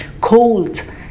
cold